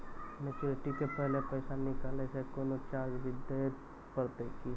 Maturity के पहले पैसा निकालै से कोनो चार्ज भी देत परतै की?